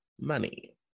money